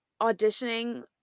auditioning